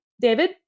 David